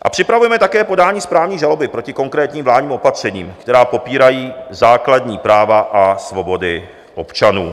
A připravujeme také podání správní žaloby proti konkrétním vládním opatřením, která popírají základní práva a svobody občanů.